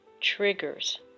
triggers